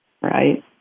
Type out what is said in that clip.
right